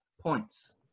points